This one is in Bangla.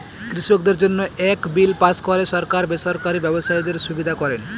কৃষকদের জন্য এক বিল পাস করে সরকার বেসরকারি ব্যবসায়ীদের সুবিধা করেন